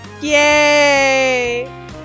Yay